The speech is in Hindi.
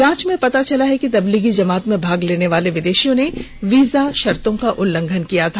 जांच में यह पता चला है कि तब्लीगी जमात में भाग लेने वाले विदेशियों ने वीजा शर्तों का उल्लंघन किया था